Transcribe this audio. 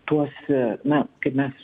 tuos na kaip mes